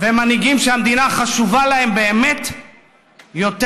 ומנהיגים שהמדינה חשובה להם באמת יותר